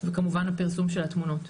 וכמובן הפרסום של התמונות.